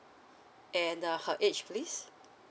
and uh her age please